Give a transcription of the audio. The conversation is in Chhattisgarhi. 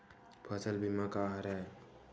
फसल बीमा का हरय?